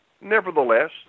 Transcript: Nevertheless